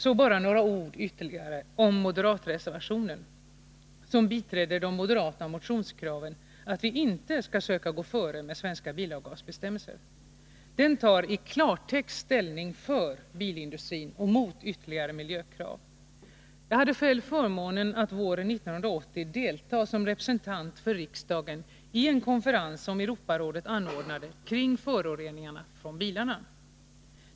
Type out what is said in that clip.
Så bara några ord ytterligare om moderatreservationen, som biträder de moderata motionskraven om att vi inte skall söka gå före med svenska bilavgasbestämmelser. Den tar i klartext ställning för bilindustrin och mot ytterligare miljökrav. Jag hade själv förmånen att våren 1980 delta som representant för riksdagen i en konferens som Europarådet anordnade kring föroreningarna från bilarna.